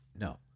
No